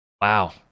wow